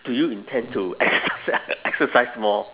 do you intend to exercise exercise more